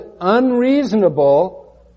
unreasonable